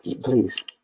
please